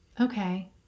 Okay